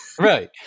Right